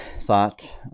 thought